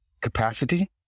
capacity